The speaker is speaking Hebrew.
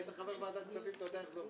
היית חבר בוועדת הכספים ואתה יודע איך זה עובד.